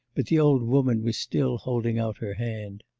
but the old woman was still holding out her hand.